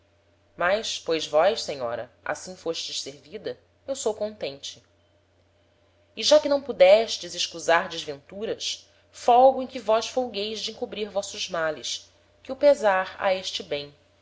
mas pois vós senhora assim fostes servida eu sou contente e já que não pudestes escusar desventuras folgo em que vós folgueis de encobrir vossos males que o pesar ha este bem